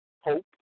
hope